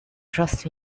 trust